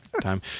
time